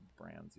brands